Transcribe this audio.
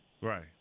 Right